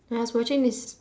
I was watching this